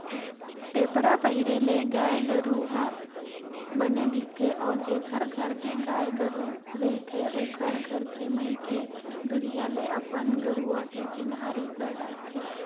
टेपरा पहिरे ले गाय गरु ह बने दिखथे अउ जेखर घर के गाय गरु रहिथे ओखर घर के मनखे दुरिहा ले अपन गरुवा के चिन्हारी कर डरथे